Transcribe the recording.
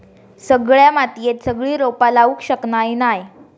सगळ्या मातीयेत सगळी रोपा लावू शकना नाय